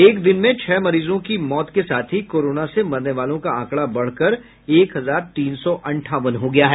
एक दिन में छह मरीजों की मौत के साथ ही कोरोना से मरने वालों का आंकड़ा बढ़कर एक हजार तीन सौ अंठावन हो गया है